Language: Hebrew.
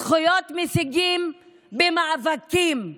זכויות משיגים במאבקים.